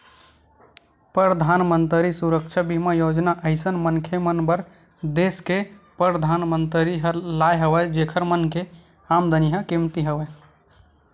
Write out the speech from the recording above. परधानमंतरी सुरक्छा बीमा योजना अइसन मनखे मन बर देस के परधानमंतरी ह लाय हवय जेखर मन के आमदानी ह कमती हवय